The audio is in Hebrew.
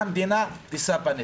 שהמדינה תישא בנטל.